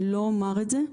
אני לא אומר את זה.